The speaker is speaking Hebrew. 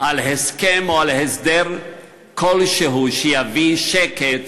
על הסכם או על הסדר כלשהו שיביא שקט,